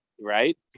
right